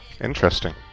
Interesting